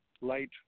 light